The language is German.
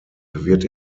wird